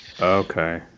Okay